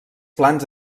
plans